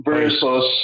Versus